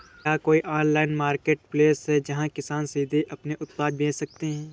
क्या कोई online marketplace है जहाँ किसान सीधे अपने उत्पाद बेच सकते हैं?